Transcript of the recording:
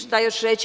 Šta još reći?